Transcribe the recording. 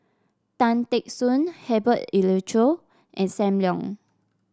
Tan Teck Soon Herbert Eleuterio and Sam Leong